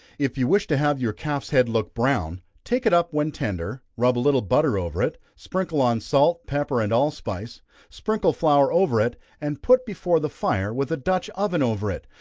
if you wish to have your calf's head look brown, take it up when tender, rub a little butter over it, sprinkle on salt, pepper, and allspice sprinkle flour over it, and put before the fire, with a dutch oven over it,